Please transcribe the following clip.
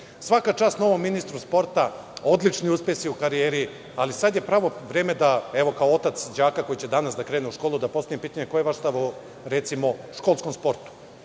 čast novom ministru sporta, odlični uspesi u karijeri, ali sad je pravo vreme, evo, kao otac đaka koji će danas da krene u školu, da postavim pitanje – koji je vaš stav o, recimo, školskom sportu?